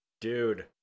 Dude